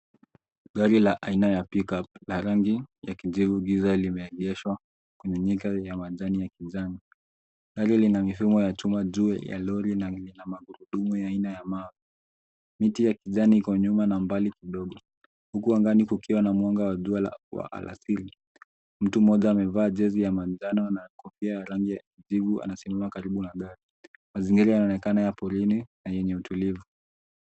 Gari la aina ya pick-up la rangi ya kijivu giza lemeegeshwa kwenye nyika za majani ya kijani. Gari lina mifumo ya chuma juu ya lori na lina magurudumu manne na ya mawe. Miti ya kijani iko nyuma na mbali kidogo, huku angani kukiwa na jua na mwanga wa alasiri. Mtu mmoja amevaa jezi ya manjano na kofia ya rangi ya kijivu anasimama karibu na gari. Mazingira yanaonekana ya porini na yenye utulivu.